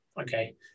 Okay